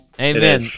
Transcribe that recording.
Amen